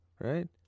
right